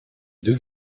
deux